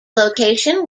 location